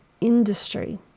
industry